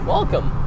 Welcome